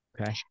Okay